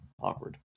awkward